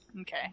Okay